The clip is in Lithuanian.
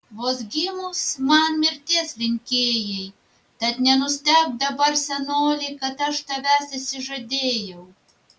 vos gimus man mirties linkėjai tad nenustebk dabar senoli kad aš tavęs išsižadėjau